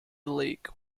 lake